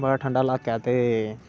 बड़ा ठंडा इलाका ऐ ते